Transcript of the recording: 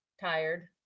tired